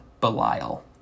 Belial